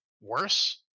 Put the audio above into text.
worse